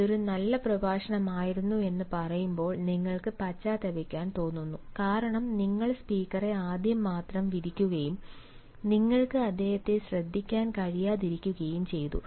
അതൊരു നല്ല പ്രഭാഷണമായിരുന്നു എന്ന് പറയുമ്പോൾ നിങ്ങൾക്ക് പശ്ചാത്തപിക്കാൻ തോന്നുന്നു കാരണം നിങ്ങൾ സ്പീക്കറെ ആദ്യം മാത്രം വിധിക്കുകയും നിങ്ങൾക്ക് അദ്ദേഹത്തെ ശ്രദ്ധിക്കാൻ കഴിയാതിരിക്കുകയും ചെയ്തു